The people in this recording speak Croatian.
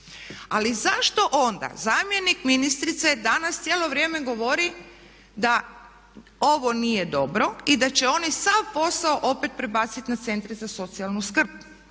Ali zašto onda zamjenik ministrice danas cijelo vrijeme govori da ovo nije dobro i da će oni sav posao opet prebaciti na centre za socijalnu skrb.